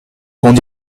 qu’on